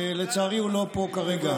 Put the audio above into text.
ולצערי הוא לא פה כרגע.